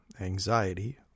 anxiety